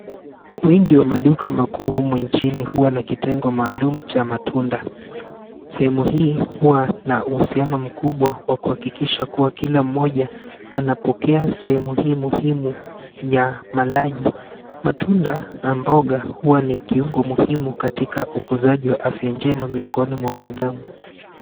Kwingi wa maduka humu nchini huwa na kitengo maalum cha matunda. Sehemu hii huwa na uhusiano mkubwa wa kuhakikisha kuwa kila mmoja anapokea sehemu hii muhimu ya malaji. Matunda na mboga huwa ni kiungo muhimu katika ukuzaji wa afya njema miongoni mwa wanadamu.